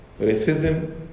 racism